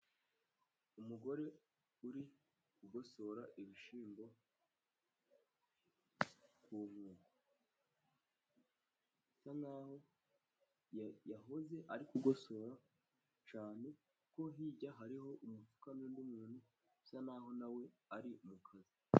Umugore uri kugosora ibishyimbo ku nkoko bisa nkaho yahoze ari kugosora cyane, kuko hirya hariho umufuka n'undi muntu usa naho nawe ari mu kazi.